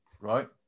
right